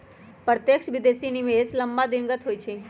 प्रत्यक्ष विदेशी निवेश लम्मा दिनगत होइ छइ